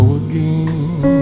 again